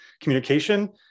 communication